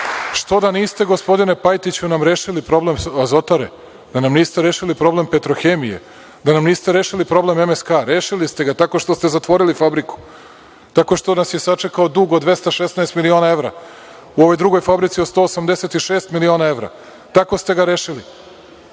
Što onda niste, gospodine Pajtiću, nam rešili problem Azotare, da nam niste rešili problem „Petrohemije“, da nam niste rešili problem MSK?Rešili ste ga tako što ste zatvorili fabriku, tako što nas je sačekao dug od 216 miliona evra. U ovoj drugoj fabrici od 186 miliona evra, tako ste ga rešili.